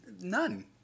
none